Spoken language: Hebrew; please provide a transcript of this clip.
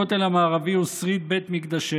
הכותל המערבי הוא שריד בית מקדשנו,